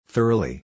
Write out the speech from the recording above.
Thoroughly